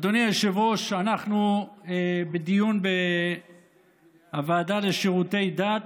אדוני היושב-ראש, בדיון בוועדה לשירותי דת,